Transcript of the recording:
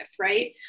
right